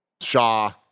Shaw